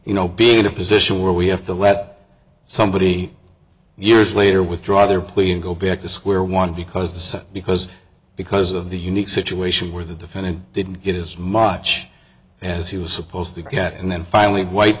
you know being in a position where we have to let somebody years later withdraw their plea and go back to square one because the sense because because of the unique situation where the defendant didn't get as much as he was supposed to get and then finally white